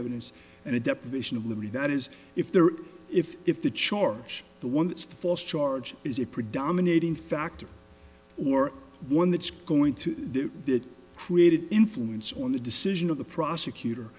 evidence and a deprivation of liberty that is if there if if the charge the one that's false charge is a predominating factor or one that's going to do that created influence on the decision of the prosecutor